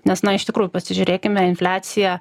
nes na iš tikrųjų pasižiūrėkime infliacija